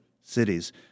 cities